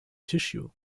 tissue